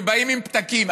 שבאים עם פתקים,